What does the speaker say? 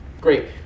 Great